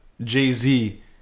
Jay-Z